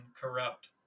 corrupt